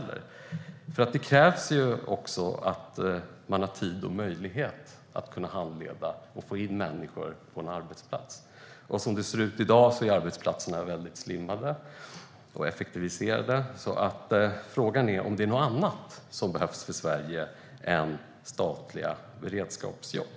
Det krävs ju också att man har tid och möjlighet att handleda och få in människor på en arbetsmarknad, och som det ser ut i dag är arbetsplatserna väldigt slimmade och effektiviserade. Frågan är om det är något annat som behövs för Sverige än statliga beredskapsjobb.